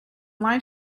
live